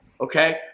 Okay